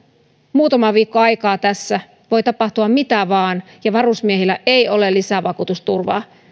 muutama viikko aikaa tässä voi tapahtua mitä vaan ja varusmiehillä ei ole lisävakuutusturvaa